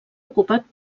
ocupat